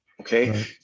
Okay